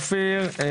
אופיר,